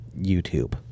YouTube